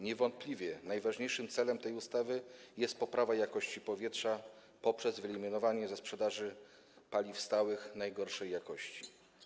Niewątpliwie najważniejszym celem tej ustawy jest poprawa jakości powietrza poprzez wyeliminowanie ze sprzedaży paliw stałych najgorszej jakości.